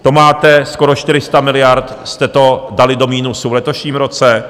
To máte skoro 400 miliard, jste to dali do minusu v letošním roce.